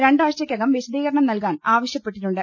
രണ്ടാഴ്ചക്കകം വിശദീകരണം നൽകാൻ ആവശ്യപ്പെട്ടിട്ടുണ്ട്